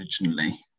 originally